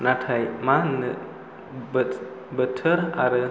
नाथाय मा होननो बोथोर आरो